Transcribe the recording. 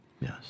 Yes